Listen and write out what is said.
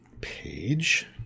page